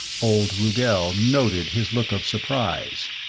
old rugel noted his look of surprise.